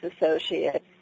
associates